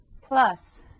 plus